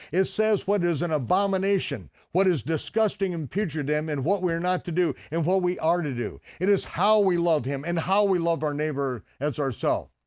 it says what is an abomination, what is disgusting and putrid to him and what we are not to do, and what we are to do. it is how we loved him, and how we love our neighbor as ourself.